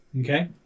Okay